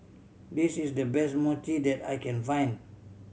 this is the best Mochi that I can find